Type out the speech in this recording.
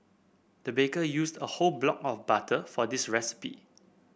the baker used a whole block of butter for this recipe